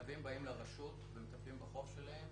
חייבים באים לרשות ומטפלים בחוב שלהם,